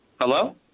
Hello